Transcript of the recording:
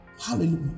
Hallelujah